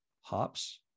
hops